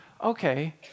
okay